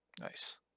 Nice